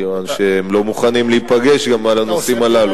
כיוון שהם לא מוכנים להיפגש גם על הנושאים הללו.